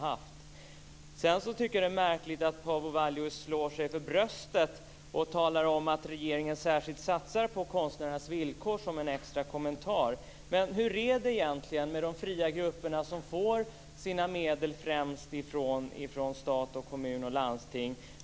Det är märkligt att Paavo Vallius slår sig för bröstet och talar om att regeringen särskilt satsar på konstnärernas villkor som en extra kommentar. Hur är det egentligen med de fria grupper som får sina medel främst från stat, kommun och landsting?